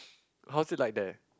how's it like there